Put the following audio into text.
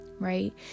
Right